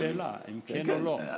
זאת השאלה, אם כן או לא.